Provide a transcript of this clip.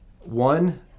one